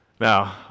Now